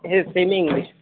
हे सेमीइंग्लिश